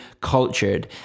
cultured